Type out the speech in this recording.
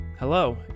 Hello